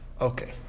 Okay